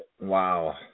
Wow